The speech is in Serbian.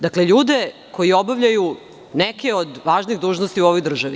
Dakle, ljude koji obavljaju neke od važnih dužnosti u ovoj državi.